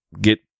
get